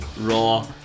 Raw